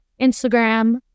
Instagram